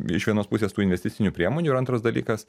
iš vienos pusės tų investicinių priemonių ir antras dalykas